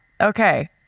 Okay